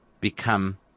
become